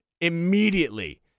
immediately